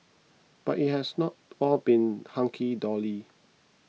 but it has not all been hunky dory